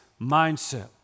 mindset